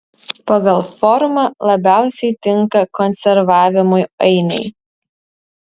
pagal formą labiausiai tinka konservavimui ainiai